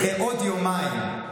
בעוד יומיים,